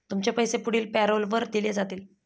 तुमचे पैसे पुढील पॅरोलवर दिले जातील